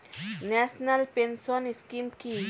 National pension scheme কি?